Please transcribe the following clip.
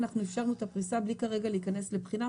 אפשרנו את הפריסה בלי להיכנס לבחינה,